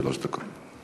שלוש דקות.